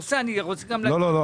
לא, לא.